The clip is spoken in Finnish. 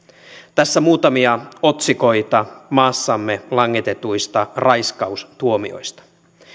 tässä muutamia otsikoita maassamme langetetuista raiskaustuomioista